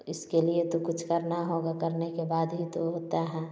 इसके लिए तो कुछ करना होगा करने के बाद ही तो होता है